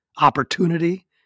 opportunity